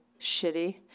shitty